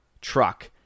truck